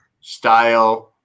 style